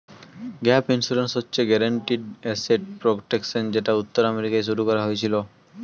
gap insurance হচ্ছে guaranteed asset protection যেটা উত্তর আমেরিকায় শুরু করা হয়েছিল